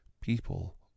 people